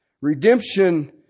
Redemption